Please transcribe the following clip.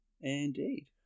indeed